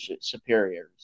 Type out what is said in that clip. superiors